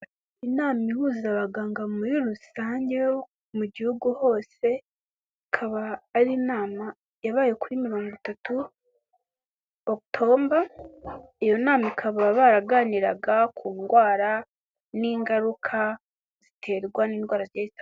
Inama ihuza abaganga muri rusange bo mu gihugu hose, ikaba ari inama yabaye kuri mirongo itatu October. Iyo nama ikaba baraganiraga ku ndwara n'ingaruka ziterwa n'indwara zigiye zitandukanye.